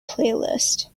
playlist